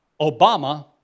Obama